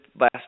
last